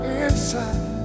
inside